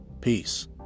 peace